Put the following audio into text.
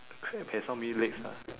a crab has how many legs ah